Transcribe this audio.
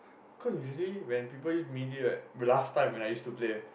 cause usually people use melee right last time when I used to play